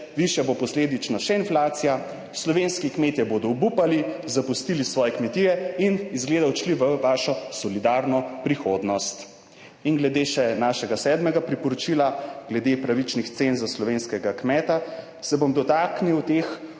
višja bo posledično še inflacija. Slovenski kmetje bodo obupali, zapustili svoje kmetije in izgleda odšli v vašo solidarno prihodnost. Glede še našega sedmega priporočila glede pravičnih cen za slovenskega kmeta. Se bom dotaknil teh